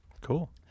Cool